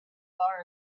far